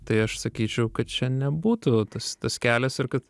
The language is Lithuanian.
tai aš sakyčiau kad čia nebūtų tas tas kelias ir kad